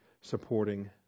supporting